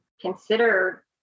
consider